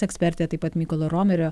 ekspertė taip pat mykolo romerio